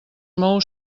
mou